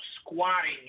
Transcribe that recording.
squatting